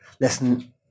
Listen